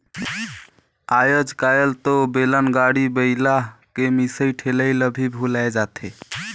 आयज कायल तो बेलन, गाड़ी, बइला के मिसई ठेलई ल भी भूलाये जाथे